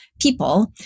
people